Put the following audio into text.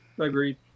agreed